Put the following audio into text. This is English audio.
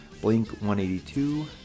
Blink-182